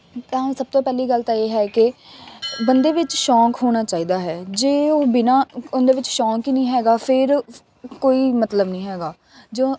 ਤਾਂ ਸਭ ਤੋਂ ਪਹਿਲੀ ਗੱਲ ਤਾਂ ਇਹ ਹੈ ਕਿ ਬੰਦੇ ਵਿੱਚ ਸ਼ੌਕ ਹੋਣਾ ਚਾਹੀਦਾ ਹੈ ਜੇ ਉਹ ਬਿਨਾ ਉਹਦੇ ਵਿੱਚ ਸ਼ੌਕ ਹੀ ਨਹੀਂ ਹੈਗਾ ਫਿਰ ਕੋਈ ਮਤਲਬ ਨਹੀਂ ਹੈਗਾ ਜੋ